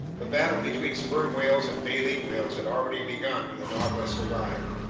the battle between sperm whales and baleen whales had already begun when the nautilus arrived.